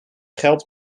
geld